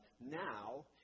now